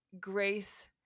grace